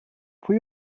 pwy